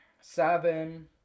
seven